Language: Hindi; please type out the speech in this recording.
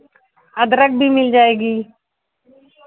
अदरक भी मिल जाएगी